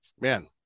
Man